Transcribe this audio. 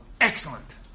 Excellent